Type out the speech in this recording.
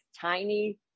tiny